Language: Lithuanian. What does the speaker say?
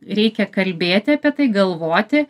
reikia kalbėti apie tai galvoti